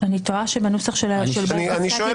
אני טועה שבנוסח של פסקת ההתגברות --- אני שואל,